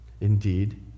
indeed